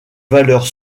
valeur